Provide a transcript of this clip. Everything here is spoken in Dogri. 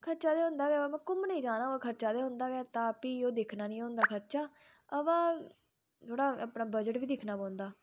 खर्चा ते होंदा है अगर जाना होऐ ते खर्चा ते होंदा गै है फ्ही ओह् दिक्खना नेई होंदा खर्चा अबा थोह्ड़ा अपना बजट बी दिक्खना पौंदा